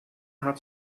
hat